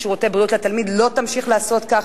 שירותי בריאות לתלמיד לא תמשיך לעשות כך,